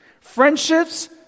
Friendships